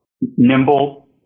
nimble